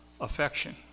affection